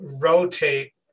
rotate